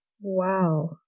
Wow